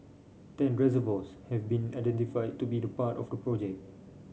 ten reservoirs have been identified to be the part of the project